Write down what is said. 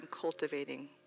cultivating